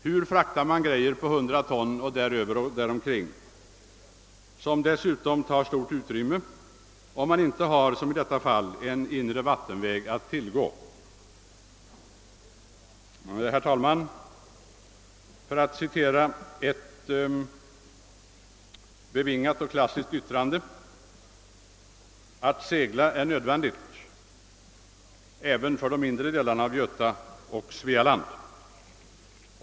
Hur fraktar man grejor på 100 ton eller däromkring, som dessutom tar stort utrymme, om man inte — som i detta fall — har en inre vattenväg att tillgå? Herr talman! Jag vill citera ett klassiskt och bevingat ord »Att segla är nödvändigt» — även för de inre delarna av Götaoch Svealand.